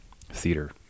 theater